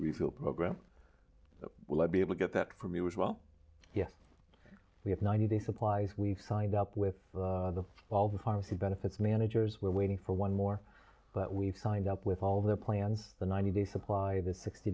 refuel program will i be able to get that for me was well yes we have ninety day supplies we've signed up with the all the pharmacy benefits managers were waiting for one more but we signed up with all the plans the ninety day supply the sixty